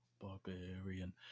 Barbarian